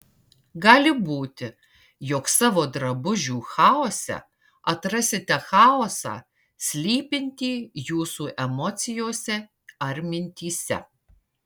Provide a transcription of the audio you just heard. gali būti jog savo drabužių chaose atrasite chaosą slypintį jūsų emocijose ar mintyse